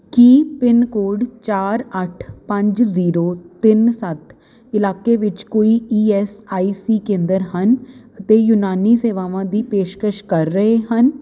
ਕੀ pin code ਚਾਰ ਅੱਠ ਪੰਜ ਜੀਰੋ ਤਿੰਨ ਸੱਤ ਇਲਾਕੇ ਵਿੱਚ ਕੋਈ ਈ ਐੱਸ ਆਈ ਸੀ ਕੇਂਦਰ ਹਨ ਅਤੇ ਯੂਨਾਨੀ ਸੇਵਾਵਾਂ ਦੀ ਪੇਸ਼ਕਸ਼ ਕਰ ਰਹੇ ਹਨ